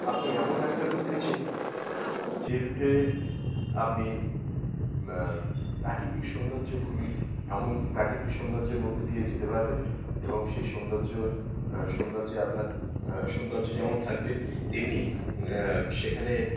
আপনি এমন একটা রুট বেছে নিন যে রুটে আপনি প্রাকিতিক সৌন্দর্য খুবই এমন প্রাকৃতিক সৌন্দর্যের মধ্যে দিয়ে যেতে পারবেন এবং সেই সৌন্দর্য সৌন্দর্যে আপনার সৌন্দর্য যেমন থাকবে তেমনি সেখানে